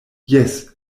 jes